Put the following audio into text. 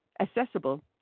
accessible